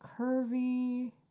curvy